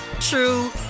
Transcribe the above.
true